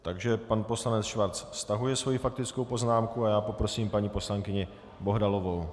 Takže pan poslanec Schwarz stahuje svoji faktickou poznámku a já poprosím paní poslankyni Bohdalovou.